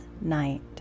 night